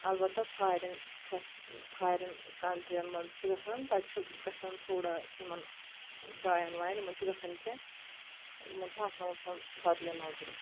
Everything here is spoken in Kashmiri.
البتہ فاریٖن چھس فاریٖن کنٹری ین منٛز چھِ گژھان تتہِ چھ گژھان تھوڑا یِمن باین واین یِمن چھُ گژھان کینٛہہ یِمن چھِ آسان وٕچھان بدلہِ نظرِ